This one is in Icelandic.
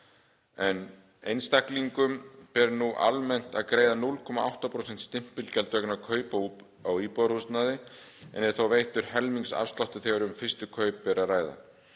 Einstaklingum ber nú almennt að greiða 0,8% stimpilgjald vegna kaupa á íbúðarhúsnæði en þó er veittur helmingsafsláttur þegar um fyrstu kaup er að ræða.